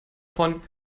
von